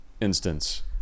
instance